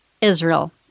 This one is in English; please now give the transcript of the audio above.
Israel